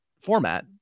format